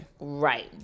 Right